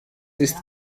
ist